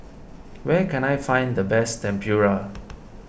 where can I find the best Tempura